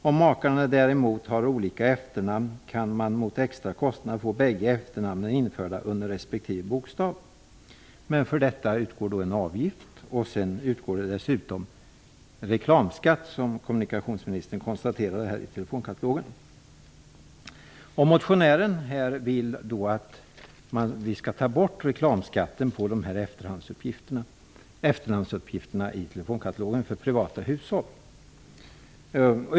Om makarna däremot har olika efternamn kan man mot extra kostnad få bägge efternamnen införda under respektive bokstav. Men för detta utgår en avgift. Dessutom utgår reklamskatt, som kommunikationsministern konstaterade. Motionären vill att reklamskatten skall tas bort för efterhandsuppgifterna i telefonkatalogen för privata hushåll.